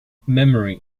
memory